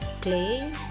clay